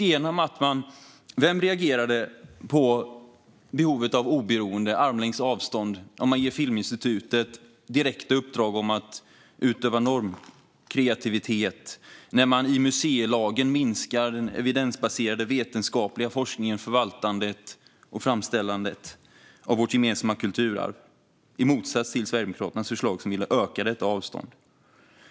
Vem har reagerat på behovet av oberoende och armlängds avstånd när man ger Filminstitutet direkta uppdrag att utöva normkreativitet och när man i museilagen minskar den evidensbaserade, vetenskapliga forskningen, förvaltandet och framställandet av vårt gemensamma kulturarv i motsats till Sverigedemokraternas förslag? Vi ville öka det avståndet.